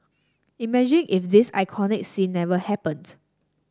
imagine if this iconic scene never happened